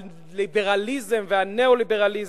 על ליברליזם ועל ניאו-ליברליזם.